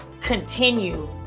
continue